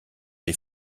les